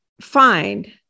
find